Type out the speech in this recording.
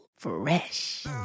Fresh